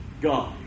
God